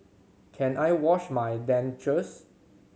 can I wash my dentures